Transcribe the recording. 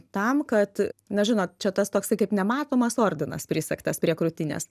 tam kad na žinot čia tas toksai kaip nematomas ordinas prisegtas prie krūtinės